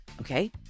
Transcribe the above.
Okay